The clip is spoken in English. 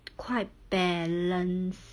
quite balance